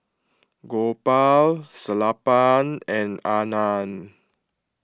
Gopal Sellapan and Anand